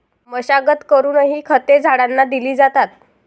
मशागत करूनही खते झाडांना दिली जातात